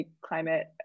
climate